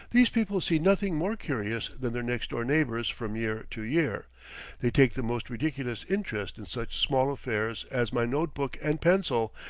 these people see nothing more curious than their next-door neighbors from year to year they take the most ridiculous interest in such small affairs as my note-book and pencil,